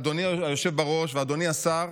אדוני היושב בראש ואדוני השר,